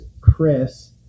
chris